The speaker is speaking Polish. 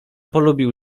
polubił